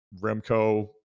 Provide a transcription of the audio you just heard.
Remco